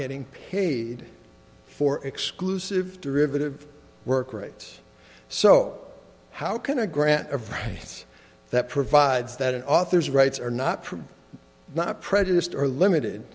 getting paid for exclusive derivative work rights so how can a grant of rights that provides that an author's rights are not from not prejudiced or limited